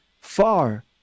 far